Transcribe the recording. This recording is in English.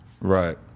right